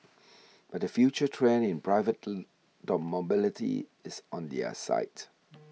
but the future trend in private mobility is on their side